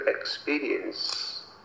experience